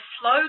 flow